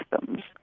systems